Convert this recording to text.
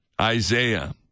Isaiah